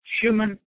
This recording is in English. human